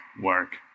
work